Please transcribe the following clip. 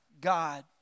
God